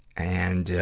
and,